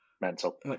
mental